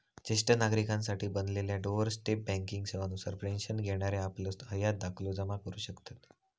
ज्येष्ठ नागरिकांसाठी बनलेल्या डोअर स्टेप बँकिंग सेवा नुसार पेन्शन घेणारे आपलं हयात दाखलो जमा करू शकतत